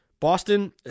Boston